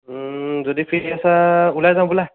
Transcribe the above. যদি ফ্ৰী আছা ওলাই যাওঁ ব'লা